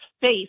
face